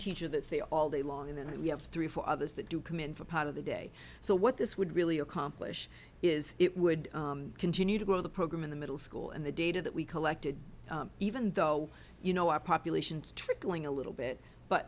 teacher that they all day long and then we have three or four others that do come in for part of the day so what this would really accomplish is it would continue to grow the program in the middle school and the data that we collected even though you know our population is trickling a little bit but